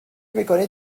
میکنید